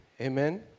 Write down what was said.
Amen